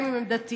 גם אם הם דתיים,